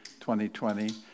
2020